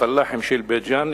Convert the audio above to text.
הפלאחים של בית-ג'ן,